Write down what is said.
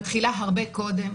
מתחילה הרבה קודם,